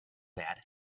bad